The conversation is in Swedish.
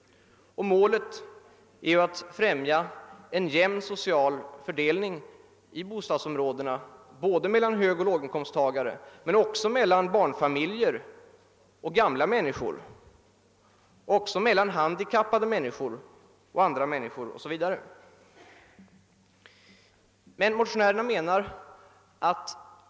Målet är att främja en jämn social fördelning i bostadsområdena både mellan högoch låginkomsttagare, barnfamiljer och gamla människor, handikappade och andra människor o. s. v.